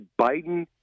Biden